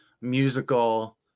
musical